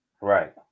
Right